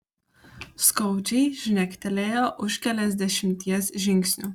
skaudžiai žnektelėjo už keliasdešimties žingsnių